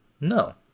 No